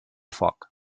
foc